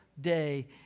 day